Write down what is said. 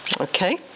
Okay